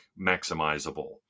maximizable